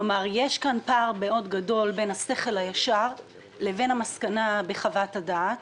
כלומר יש כאן פער גדול מאוד בין השכל הישר לבין המסקנה בחוות הדעת